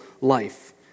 life